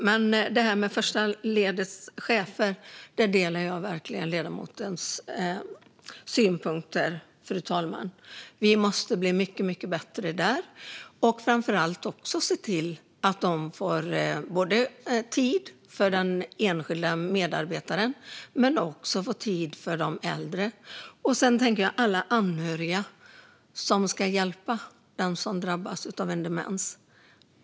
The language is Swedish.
När det gäller första ledets chefer delar jag verkligen ledamotens synpunkter, fru talman. Vi måste bli mycket bättre där och framför allt se till att de får tid för den enskilda medarbetaren men också för de äldre. Sedan tänker jag på alla anhöriga som ska hjälpa den som drabbas av demens.